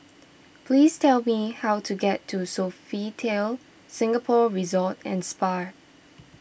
please tell me how to get to Sofitel Singapore Resort and Spa